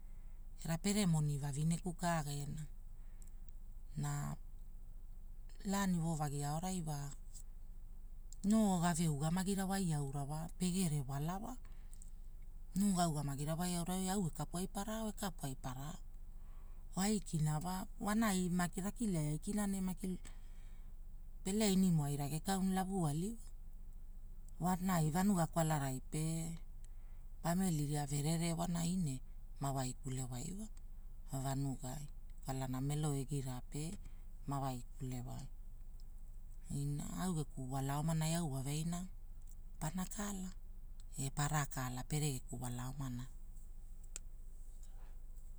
Era pere moni vavinku ka gena, na, laani wovagi aonai wa, noo gave ugamagirawai auna wa pegere wala wa. Noo gauga magirawai wa au wa makapu ai para ao, ekapu ai para ao wa, aikina wa wanai maki rakili ai aikina, ne maki. Peleinimoai regekau ne lavualimo wa, wanai vanua kwalarai pe, pamili ria verere wanai ne mawaikule wa, wa vanugai. Kwalana melo egira pe mawai kulewai. Ina au geku wala omanai au wave aina, pana kala e pana kala, e pere geku wala omana.